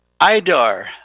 idar